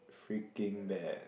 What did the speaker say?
freaking bad